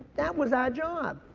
that was our job.